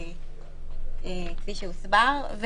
כפי שהוסבר.